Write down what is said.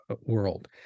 world